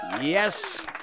Yes